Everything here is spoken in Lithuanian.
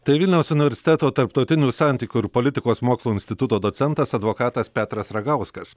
tai vilniaus universiteto tarptautinių santykių ir politikos mokslų instituto docentas advokatas petras ragauskas